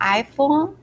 iPhone